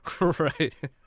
Right